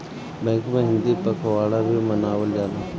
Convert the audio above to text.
bank में हिंदी पखवाड़ा भी मनावल जाला